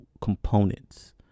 components